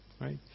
right